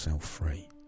free